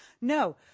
no